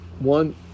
One